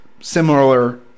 similar